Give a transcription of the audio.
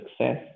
success